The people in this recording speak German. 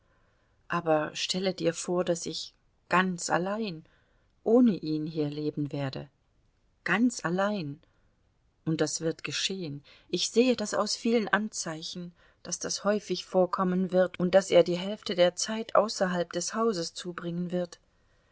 aber stelle dir vor daß ich ganz allein ohne ihn hier leben werde ganz allein und das wird geschehen ich ersehe das aus vielen anzeichen daß das häufig vorkommen wird und daß er die hälfte der zeit außerhalb des hauses zubringen wird